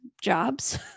jobs